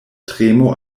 tremo